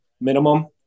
minimum